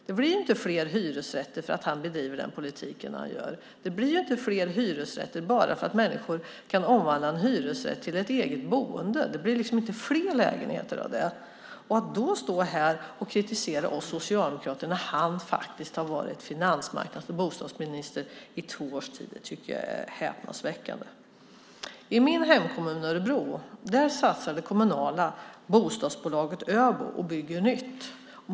Det blir inte fler hyresrätter för att han bedriver den politik han gör. Det blir inte fler hyresrätter bara för att människor kan omvandla en hyresrätt till ett eget boende. Det blir liksom inte fler lägenheter av det. Att han står här och kritiserar oss socialdemokrater när han faktiskt har varit finansmarknads och bostadsminister i två års tid tycker jag är häpnadsväckande. I min hemkommun Örebro satsar det kommunala bostadsbolaget ÖBO och bygger nytt.